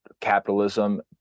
capitalism